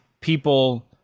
people